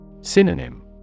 Synonym